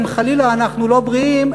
אם חלילה אנחנו לא בריאים,